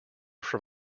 from